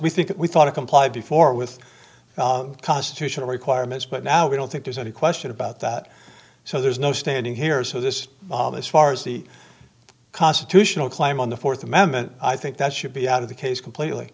we think we thought it complied before with constitutional requirements but now we don't think there's any question about that so there's no standing here so this this far as the constitutional claim on the fourth amendment i think that should be out of the case completely